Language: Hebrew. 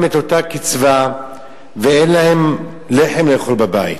את אותה קצבה ואין להם לחם לאכול בבית.